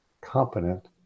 competent